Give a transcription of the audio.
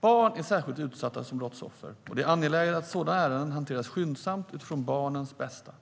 Barn är särskilt utsatta som brottsoffer, och det är angeläget att sådana ärenden hanteras skyndsamt utifrån barnens bästa.